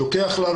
לוקח לנו,